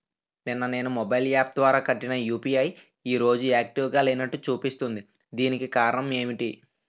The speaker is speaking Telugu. నిన్న నేను మొబైల్ యాప్ ద్వారా కట్టిన యు.పి.ఐ ఈ రోజు యాక్టివ్ గా లేనట్టు చూపిస్తుంది దీనికి కారణం ఏమిటి?